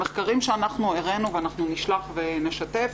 המחקרים שאנחנו הראינו ונשלח ונשתף